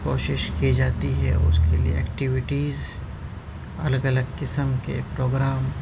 کوشش کی جاتی ہے اس کے لیے ایکٹیوٹیز الگ الگ قسم کے پروگرام